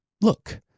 look